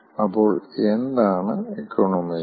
അപ്പോൾ എന്താണ് ഇക്കണോമൈസർ